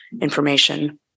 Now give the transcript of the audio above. information